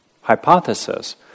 hypothesis